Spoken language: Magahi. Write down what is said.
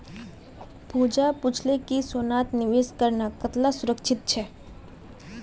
पूजा पूछले कि सोनात निवेश करना कताला सुरक्षित छे